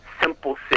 simple